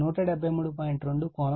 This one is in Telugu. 2 ∠400 వోల్ట్